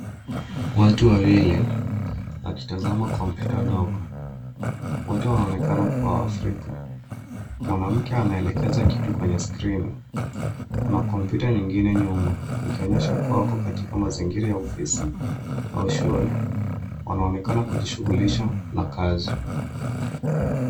Watu wawili wakitazama kompyuta ndogo, wote wanaonekana kuwa Waafrika. Mwanamke anaelekeza kitu kwenye skrini. Kuna kompyuta nyingine nyuma ikionyesha kuwa wako katika mazingira ya ofisi au shule. Wanaonekana kujishughulisha na kazi.